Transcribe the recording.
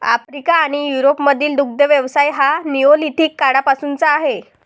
Africa आणि युरोपमधील दुग्ध व्यवसाय हा निओलिथिक काळापासूनचा आहे